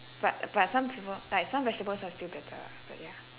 but but some people like some vegetables are still bitter but ya